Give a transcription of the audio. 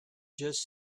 just